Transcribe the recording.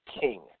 king